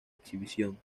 exhibición